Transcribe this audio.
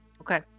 Okay